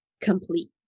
Complete